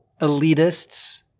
elitists